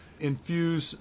infuse